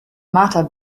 mata